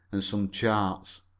and some charts.